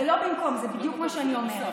זה לא במקום, זה בדיוק מה שאני אומרת.